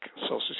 Social